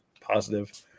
positive